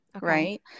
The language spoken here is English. right